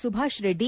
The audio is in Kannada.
ಸುಭಾಷ್ ರೆಡ್ಡಿ